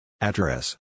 Address